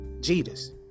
Jesus